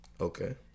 Okay